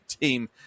team